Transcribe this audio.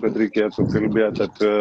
kad reikėtų kalbėt apie